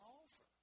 offer